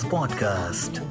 Podcast